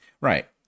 Right